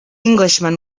englishman